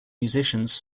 musicians